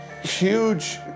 huge